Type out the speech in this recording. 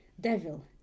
Devil